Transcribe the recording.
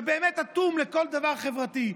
שבאמת אטום לכל דבר חברתי,